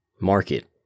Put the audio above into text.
market